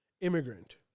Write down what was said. immigrant